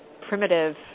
primitive